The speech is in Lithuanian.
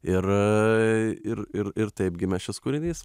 ir ir ir ir taip gimė šis kūrinys